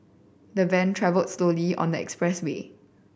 the van travelled slowly on the expressway